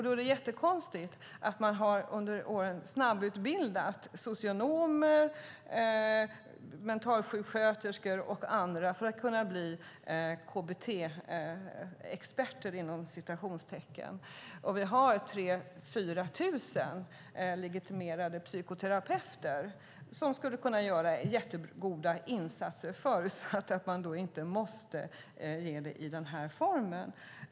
Då är det jättekonstigt att man under åren har snabbutbildat socionomer, mentalsjuksköterskor och andra för att kunna bli "experter" på KBT. Vi har 3 000-4 000 legitimerade psykoterapeuter som skulle kunna göra jättegoda insatser, förutsatt att de inte måste ges i den här formen.